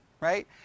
right